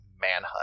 manhunt